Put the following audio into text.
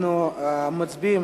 אנחנו מצביעים